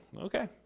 Okay